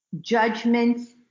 judgments